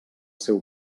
seu